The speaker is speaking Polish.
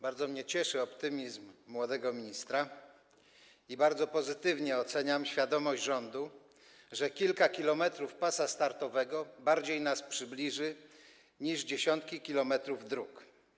Bardzo mnie cieszy optymizm młodego ministra i bardzo pozytywnie oceniam świadomość rządu, że kilka kilometrów pasa startowego bardziej nas tu przybliży niż dziesiątki kilometrów dróg.